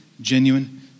genuine